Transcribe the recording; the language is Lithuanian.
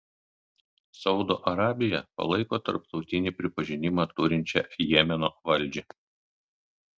saudo arabija palaiko tarptautinį pripažinimą turinčią jemeno valdžią